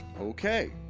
Okay